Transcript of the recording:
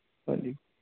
ਹਾਂਜੀ